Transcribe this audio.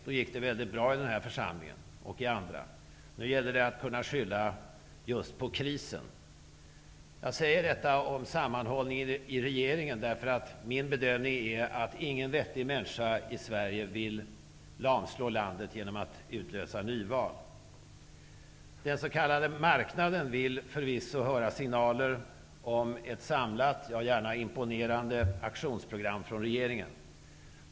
Då gick det väldigt bra i denna församling och i andra. Nu gäller det att kunna skylla just på krisen. Jag säger detta om sammanhållningen i regeringen, därför att min bedömning är att ingen vettig människa i Sverige vill lamslå landet genom att utlösa nyval. Den s.k. marknaden vill förvisso höra signaler om ett samlat, gärna imponerande, aktionsprogram från regeringen.